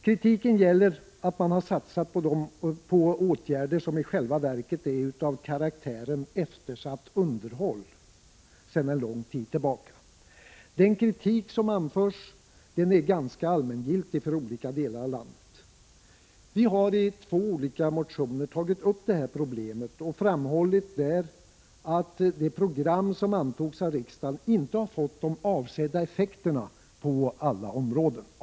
Kritiken gäller att man har satsat på åtgärder som i själva verket är av karaktären sedan en lång tid tillbaka eftersatt underhåll. Den kritik som anförs är ganska allmängiltig för olika delar av landet. Vi har i två olika motioner tagit upp det här problemet och där framhållit, att de program som antogs av riksdagen inte har fått de avsedda effekterna på alla områden.